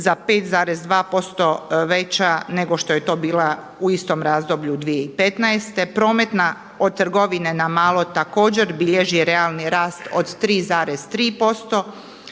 za 5,2% veća nego što je to bila u istom razdoblju 2015., prometna od trgovine na malo također bilježi realni rast od 3,3%.